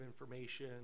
information